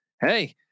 Hey